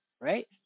Right